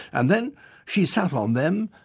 and then she sat on them,